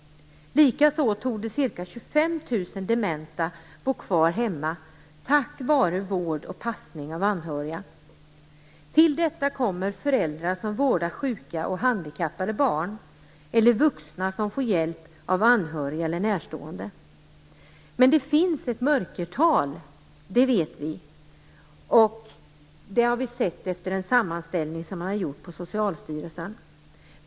Likaså torde ca 25 000 dementa bo kvar hemma tack vare vård och passning av anhöriga. Till detta kommer föräldrar som vårdar sjuka och handikappade barn eller vuxna som får hjälp av anhöriga eller närstående. Men det finns ett mörkertal, det har vi sett i en sammanställning som man har gjort på Socialstyrelsen.